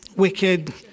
wicked